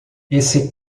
esse